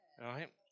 right